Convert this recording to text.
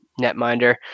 netminder